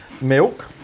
Milk